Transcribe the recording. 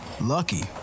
lucky